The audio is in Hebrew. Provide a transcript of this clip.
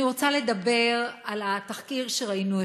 אני רוצה לדבר על התחקיר שראינו אתמול.